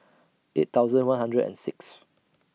eight thousand one hundred and six